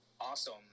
awesome